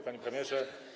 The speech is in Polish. Panie Premierze!